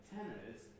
Tenors